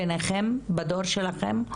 בינכם בדור שלכם,